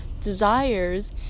desires